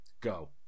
go